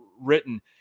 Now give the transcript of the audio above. written